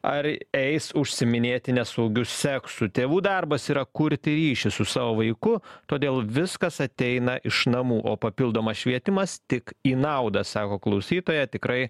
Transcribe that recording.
ar eis užsiiminėti nesaugiu seksu tėvų darbas yra kurti ryšį su savo vaiku todėl viskas ateina iš namų o papildomas švietimas tik į naudą sako klausytoja tikrai